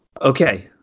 okay